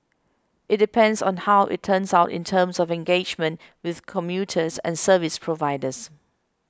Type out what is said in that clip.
it depends on how it turns out in terms of engagement with commuters and service providers